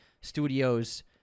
studios